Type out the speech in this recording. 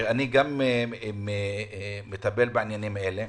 ואני מטפל גם בעניינים האלה.